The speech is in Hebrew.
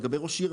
לגבי ראש עיר,